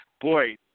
boy